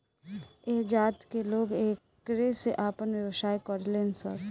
ऐह जात के लोग एकरे से आपन व्यवसाय करेलन सन